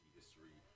history